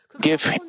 give